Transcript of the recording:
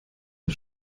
der